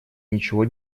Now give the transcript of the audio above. ничего